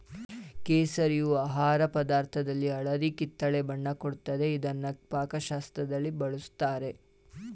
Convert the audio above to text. ಕೇಸರಿಯು ಆಹಾರ ಪದಾರ್ಥದಲ್ಲಿ ಹಳದಿ ಕಿತ್ತಳೆ ಬಣ್ಣ ಕೊಡ್ತದೆ ಇದ್ನ ಪಾಕಶಾಸ್ತ್ರದಲ್ಲಿ ಬಳುಸ್ತಾರೆ